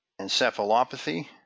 encephalopathy